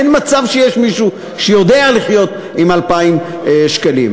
אין מצב שיש מישהו שיודע לחיות עם 2,000 שקלים.